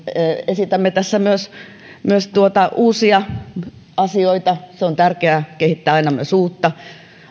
esitämme tässä myös myös uusia asioita on tärkeää kehittää aina myös uutta